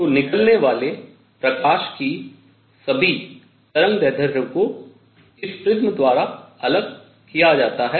तो निकलने वाले प्रकाश की सभी तरंगदैर्ध्यों को इस प्रिज्म द्वारा अलग किया जाता है